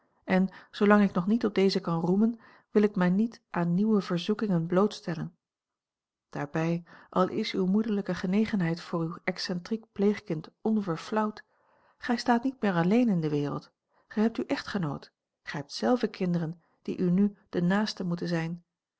en zoolang ik nog niet op deze kan roemen wil ik mij niet aan nieuwe verzoekingen blootstellen daarbij al is uwe moederlijke genegenheid voor uw excentriek pleegkind onverflauwd gij staat niet meer alleen in de wereld gij hebt uw echtgenoot gij hebt zelve kinderen die u nu de naasten moeten zijn